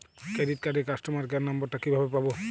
Credit কার্ডের customer care number টা কিভাবে পাবো?